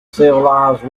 civilized